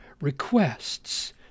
requests